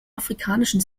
afrikanischen